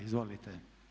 Izvolite.